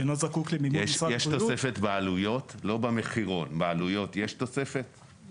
שאינו זקוק למימון משרד הבריאות --- יש תוספת בעלויות?